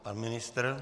Pan ministr?